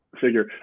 figure